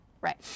Right